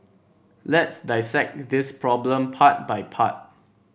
let's dissect this problem part by part